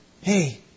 Hey